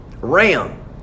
Ram